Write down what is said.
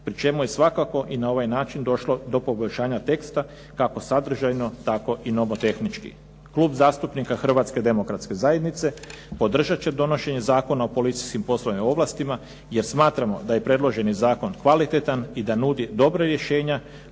pri čemu je svakako i na ovaj način došlo do poboljšanja teksta kako sadržajno tako i nomotehnički. Klub zastupnika Hrvatske demokratske zajednice podržat će donošenje Zakona o policijskim poslovima i ovlastima jer smatramo da je predloženi zakon kvalitetan i da nudi dobra rješenja